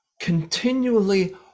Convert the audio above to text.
continually